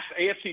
AFC